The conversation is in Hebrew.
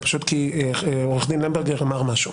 פשוט כי עורך הדין למברגר אמר משהו.